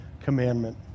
commandment